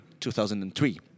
2003